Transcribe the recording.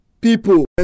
people